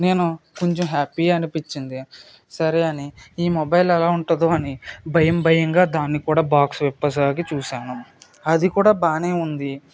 నేను కొంచెం హ్యాపీయే అనిపించింది సరే అని ఈ మొబైల్ ఎలా ఉంటుందో అని భయంభయంగా దాన్నికూడా బాక్స్ విప్పసాగి చూసాను అది కూడా బాగానే ఉంది